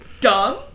dumb